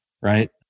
right